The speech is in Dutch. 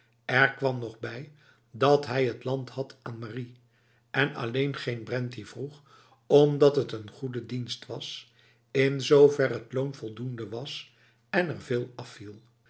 er kwam nog bij dat hij het land had aan marie en alleen geen brenti vroeg omdat het een goede dienst was in zover het loon voldoende was en er veel